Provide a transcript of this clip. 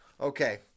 Okay